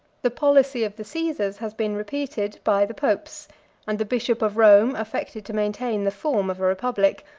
the policy of the caesars has been repeated by the popes and the bishop of rome affected to maintain the form of a republic,